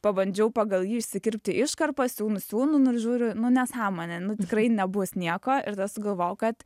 pabandžiau pagal jį išsikirpti iškarpas siūnu siūnu nu ir žiūriu nu nesąmonė nu tikrai nebus nieko ir tada sugalvojau kad